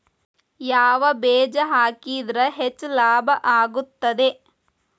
ಯಾವ ಬೇಜ ಹಾಕಿದ್ರ ಹೆಚ್ಚ ಲಾಭ ಆಗುತ್ತದೆ?